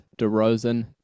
DeRozan